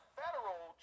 federal